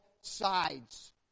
sides